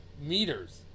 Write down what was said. meters